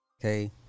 okay